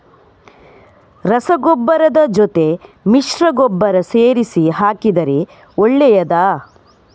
ರಸಗೊಬ್ಬರದ ಜೊತೆ ಮಿಶ್ರ ಗೊಬ್ಬರ ಸೇರಿಸಿ ಹಾಕಿದರೆ ಒಳ್ಳೆಯದಾ?